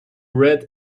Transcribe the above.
red